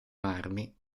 marmi